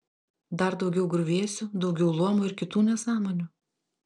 dar daugiau griuvėsių daugiau luomų ir kitų nesąmonių